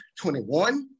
21